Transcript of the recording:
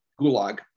gulag